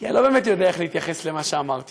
כי אני לא באמת יודע איך להתייחס למה שאמרת,